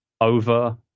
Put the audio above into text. over